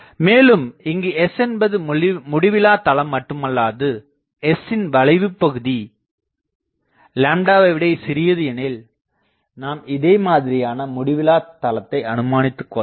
மேலும் இங்கு S என்பது முடிவில்லா தளம் மட்டுமல்லாது S இன் வளைவு பகுதி வை விடச் சிறியது எனில் நாம் இதே மாதிரியான முடிவில்லா தளத்தை அனுமானித்துக் கொள்ளலாம்